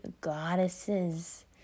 goddesses